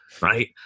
Right